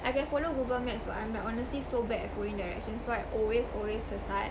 I can follow Google maps but I'm like honestly so bad at following directions so I always always sesat